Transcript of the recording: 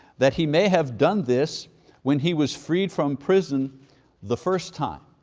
that he may have done this when he was freed from prison the first time.